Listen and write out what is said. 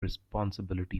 responsibility